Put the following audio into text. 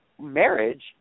marriage